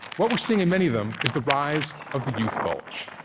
what we're seeing in many of them is the rise of the youth bulge.